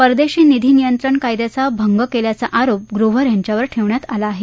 परदेशी निधी नियंत्रण कायद्याचा भंग केल्याचा आरोप ग्रोव्हर यांच्यावर ठेवण्यात आला आहे